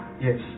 yes